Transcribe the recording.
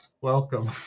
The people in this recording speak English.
welcome